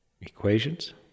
equations